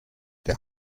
der